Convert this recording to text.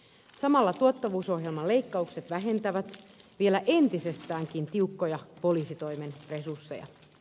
samalla tuottavuusohjelman leikkaukset vähentävät vielä entisestäänkin tiukkoja poliisitoimen resursseja